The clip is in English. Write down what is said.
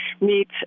meet